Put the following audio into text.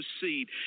seed